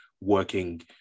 working